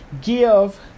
give